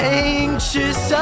anxious